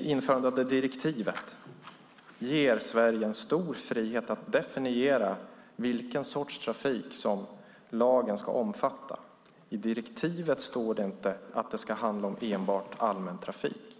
Införandet av direktivet ger Sverige en stor frihet att definiera vilken sorts trafik som lagen ska omfatta. I direktivet står det inte att det ska handla enbart om allmän trafik.